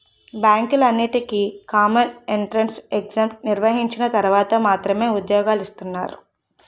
బ్యాంకులన్నింటికీ common entrance exam నిర్వహించిన తర్వాత మాత్రమే ఉద్యోగాలు ఇస్తున్నారు